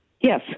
Yes